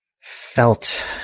felt